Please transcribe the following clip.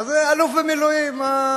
אז אלוף במילואים.